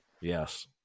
Yes